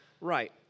right